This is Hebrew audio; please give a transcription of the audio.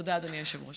תודה, אדוני היושב-ראש.